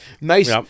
nice